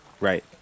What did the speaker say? Right